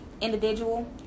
individual